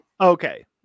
Okay